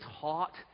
taught